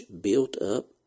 built-up